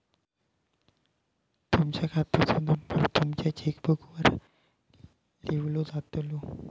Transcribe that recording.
तुमच्या खात्याचो नंबर तुमच्या चेकबुकवर पण लिव्हलो जातलो